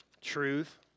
truth